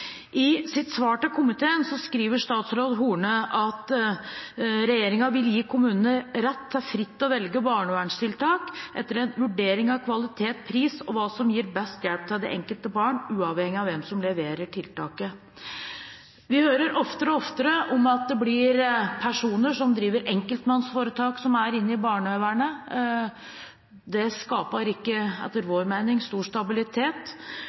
I sitt svar til komiteen skriver statsråd Horne at regjeringen vil gi kommunene «rett til fritt å velge barneverntiltak, etter en vurdering av kvalitet, pris og hva som gir best hjelp til det enkelte barn, uavhengig av hvem som leverer tiltaket». Vi hører oftere og oftere om at det er personer som driver enkeltpersonforetak, som er inne i barnevernet. Det skaper etter vår mening ikke stor stabilitet,